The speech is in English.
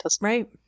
right